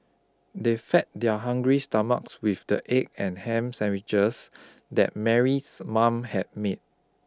they fed their hungry stomachs with the egg and ham sandwiches that Mary's mom had made